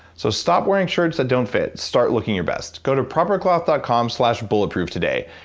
so stop wearing shirts that don't fit start looking your best. go to proper cloth dot com slash bulletproof today.